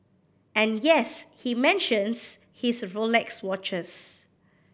and yes he mentions his Rolex watches